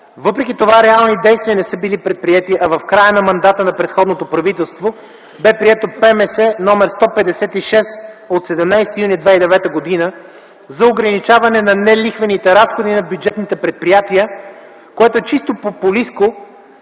Въпреки това реални действия не са били предприети, а в края на мандата на предходното правителство бе прието ПМС №156/17.06.2009 г. за ограничаване на нелихвените разходи на бюджетните предприятия, което е чисто популистко,